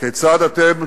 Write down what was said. כיצד אתם,